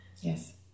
yes